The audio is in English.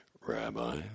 Rabbi